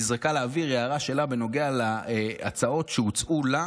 נזרקה לאוויר הערה שלה בנוגע להצעות שהוצעו לה,